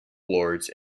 lords